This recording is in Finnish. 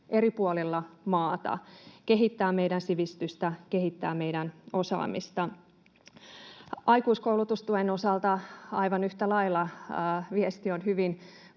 eri puolilla maata, kehittämään meidän sivistystä, kehittämään meidän osaamista. Aikuiskoulutustuen osalta aivan yhtä lailla viesti on hyvin